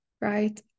right